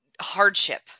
hardship